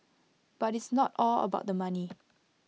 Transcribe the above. but it's not all about the money